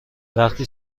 وقتی